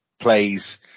plays